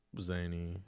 Zany